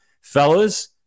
Fellas